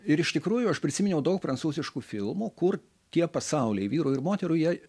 ir iš tikrųjų aš prisiminiau daug prancūziškų filmų kur tie pasauliai vyrų ir moterų jie